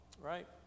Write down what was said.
right